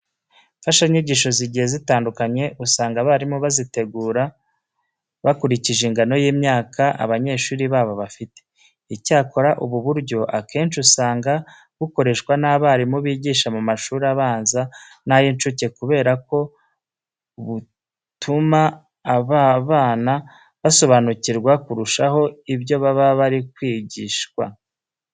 Imfashanyigisho zigiye zitandukanye usanga abarimu bazitegura bakurikije ingano y'imyaka abanyeshuri babo bafite. Icyakora ubu buryo akenshi usanga bukoreshwa n'abarimu bigisha mu mashuri abanza n'ay'incuke kubera ko butuma aba bana basobanukirwa kurushaho ibyo baba bari kwigishwa.